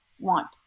want